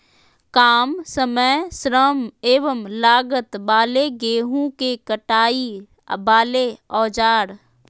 काम समय श्रम एवं लागत वाले गेहूं के कटाई वाले औजार?